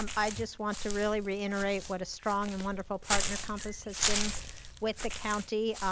um i just want to really reiterate what a strong and wonderful partner compass has been with the county.